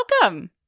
Welcome